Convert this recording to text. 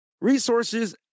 resources